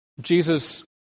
Jesus